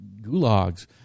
gulags